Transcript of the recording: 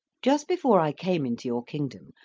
just before i came into your kingdom,